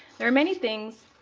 there are many things